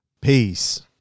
peace